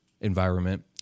environment